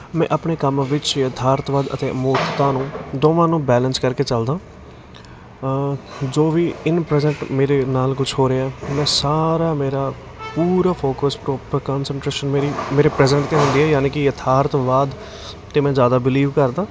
ਮੈਂ ਆਪਣੇ ਕੰਮ ਵਿੱਚ ਯਥਾਰਥਵਾਦ ਅਤੇ ਅਮੂਰਤਤਾ ਨੂੰ ਦੋਵਾਂ ਨੂੰ ਬੈਲੈਂਸ ਕਰਕੇ ਚੱਲਦਾ ਜੋ ਵੀ ਇਨ ਪ੍ਰੇਜੈਂਟ ਮੇਰੇ ਨਾਲ ਕੁਛ ਹੋ ਰਿਹਾ ਮੈਂ ਸਾਰਾ ਮੇਰਾ ਪੂਰਾ ਫੋਕਸ ਪ੍ਰੋਪਰ ਕੋਸਨਟ੍ਰੇਸ਼ਨ ਮੇਰੀ ਮੇਰੇ ਪ੍ਰੈਜੈਂਟ 'ਤੇ ਹੁੰਦੀ ਹੈ ਯਾਨੀ ਕਿ ਯਥਾਰਥਵਾਦ 'ਤੇ ਮੈਂ ਜ਼ਿਆਦਾ ਬਿਲੀਵ ਕਰਦਾ